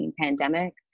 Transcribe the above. pandemic